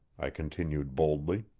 i continued boldly.